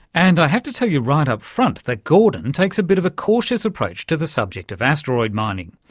and i have to tell you right up front that gordon takes a bit of a cautious approach to the subject of asteroid mining.